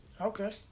Okay